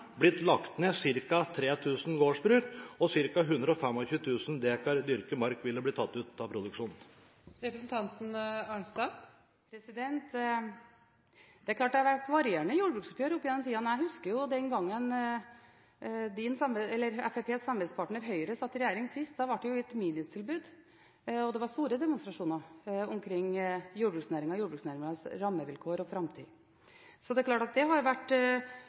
og at ca. 125 000 dekar dyrket mark ville blitt tatt ut av produksjon? Det har vært varierende jordbruksoppgjør opp gjennom tidene. Jeg husker den gangen da Fremskrittspartiets samarbeidspartner Høyre satt i regjering sist – da ble det jo et minimumstilbud, og det var store demonstrasjoner omkring jordbruksnæringen og jordbruksnæringens rammevilkår og framtid. Så det har jo vært varierende, men jeg har et inntrykk av at denne næringen har vært